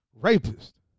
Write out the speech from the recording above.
rapist